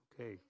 Okay